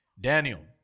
Daniel